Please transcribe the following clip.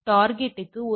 02 கிடைக்கிறது